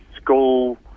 school